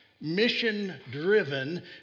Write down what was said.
mission-driven